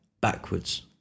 backwards